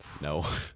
No